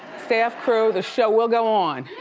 staff, crew, the show will go on.